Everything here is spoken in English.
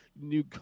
new